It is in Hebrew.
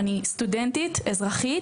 אני סטודנטית, אזרחית